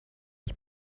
his